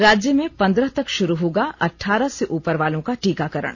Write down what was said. राज्य में पंद्रह तक शुरू होगा अठारह से ऊपर वालों का टीकाकरण